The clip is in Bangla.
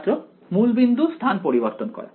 ছাত্র মূলবিন্দু স্থান পরিবর্তন করা